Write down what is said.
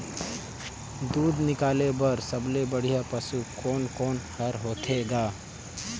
दूध निकाले बर सबले बढ़िया पशु कोन कोन हर होथे ग?